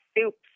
soups